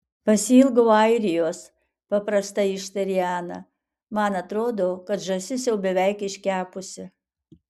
pasiilgau airijos paprastai ištarė ana man atrodo kad žąsis jau beveik iškepusi